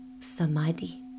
Samadhi